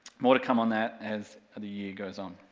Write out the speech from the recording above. more to come on that as the year goes on.